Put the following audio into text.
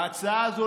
ההצעה הזאת,